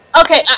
Okay